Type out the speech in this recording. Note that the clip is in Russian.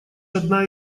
одна